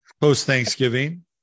Post-Thanksgiving